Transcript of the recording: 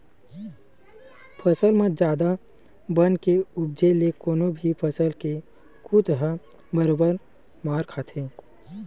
फसल म जादा बन के उपजे ले कोनो भी फसल के कुत ह बरोबर मार खाथे